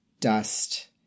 dust